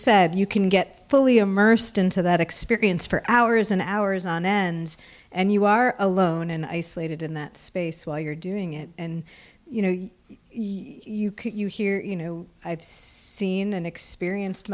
said you can get fully immersed into that experience for hours and hours on end and you are alone and isolated in that space while you're doing it and you know you can you hear you know i've seen and experience